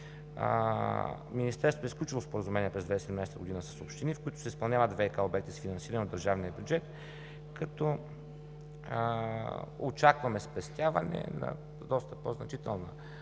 Министерството е сключило споразумение през 2017 г. с общини, в които ще се изпълняват ВиК обекти с финансиране от държавния бюджет, като очакваме спестяване на доста по-значителна